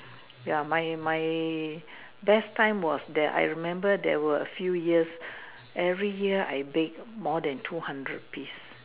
ya my my best time was that I remember there were a few years every year I bake more than two hundred piece